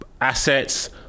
Assets